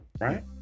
right